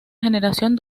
generación